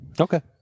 okay